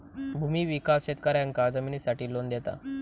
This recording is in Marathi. भूमि विकास शेतकऱ्यांका जमिनीसाठी लोन देता